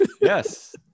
Yes